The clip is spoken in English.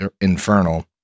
Infernal